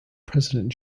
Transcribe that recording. president